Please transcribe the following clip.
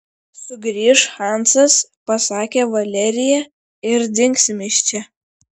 sugrįš hansas pasakė valerija ir dingsime iš čia